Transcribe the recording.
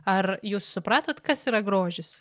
ar jūs supratot kas yra grožis